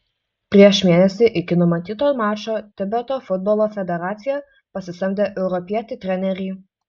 prieš mėnesį iki numatyto mačo tibeto futbolo federacija pasisamdė europietį trenerį